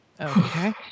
okay